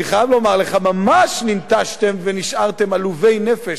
אני חייב לומר לך: ממש ננטשתם ונשארתם עלובי נפש.